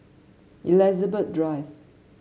Elizabeth Drive